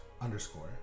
underscore